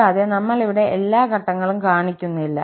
കൂടാതെ നമ്മൾ ഇവിടെ എല്ലാ ഘട്ടങ്ങളും കാണിക്കുന്നില്ല